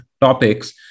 topics